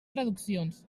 traduccions